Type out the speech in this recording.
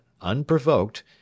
unprovoked